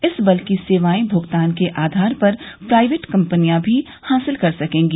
इस बल की सेवाएं भुगतान के आधार पर प्राइवेट कम्पनिया भी हासिल कर सकेंगी